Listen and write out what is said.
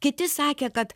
kiti sakė kad